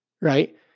right